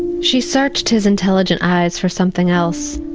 she searched his intelligent eyes for something else,